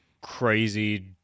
crazy